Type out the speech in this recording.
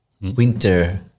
winter